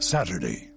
Saturday